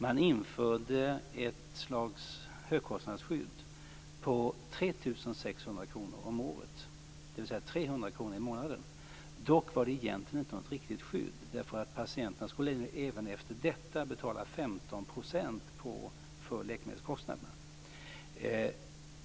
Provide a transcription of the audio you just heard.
Man införde ett slags högkostnadsskydd på 3 600 kronor om året, dvs. 300 kronor i månaden. Dock var det egentligen inte något riktigt skydd, för patienterna skulle även efter detta betala 15 % av läkemedelskostnaderna.